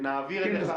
נעביר אליך שאלות.